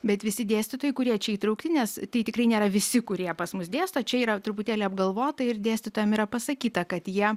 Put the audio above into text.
bet visi dėstytojai kurie čia įtraukinės tai tikrai nėra visi kurie pas mus dėsto čia yra truputėlį apgalvota ir dėstytojam yra pasakyta kad jie